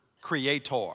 creator